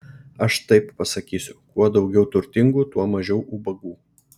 aš taip pasakysiu kuo daugiau turtingų tuo mažiau ubagų